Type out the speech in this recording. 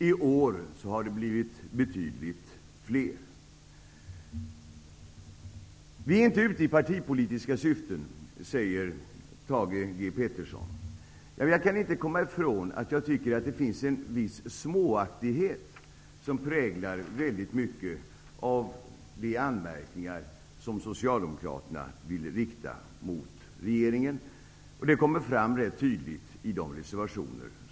I år har det blivit betydligt fler. Vi är inte ute i partipolitiska syften, sade Thage G Peterson. Jag kan inte komma ifrån att en viss småaktighet präglar väldigt många av de anmärkningar som Socialdemokraterna vill rikta mot regeringen. Detta kommer fram rätt tydligt i deras reservationer.